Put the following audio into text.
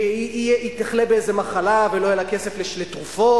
שהיא תחלה באיזו מחלה ולא יהיה לה כסף לתרופות,